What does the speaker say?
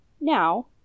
Now